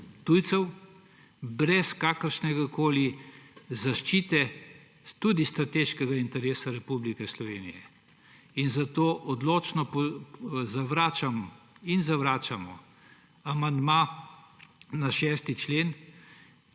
brez kakršnekoli zaščite, tudi strateškega interesa Republike Slovenije. Zato odločno zavračam in zavračamo amandma na 6. člen,